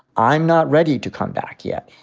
i'm not ready to come back yet.